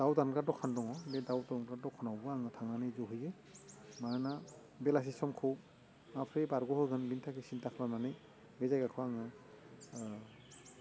दाउ दानग्रा दखान दङ बे दाउ दानग्रा दखानावबो आङो थांनानै जहैयो मानोना बेलासे समखौ माबोरै बारग'होगोन बेनि थाखाय सिन्था खालामनानै बे जायगाखौ आङो